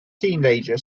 teenager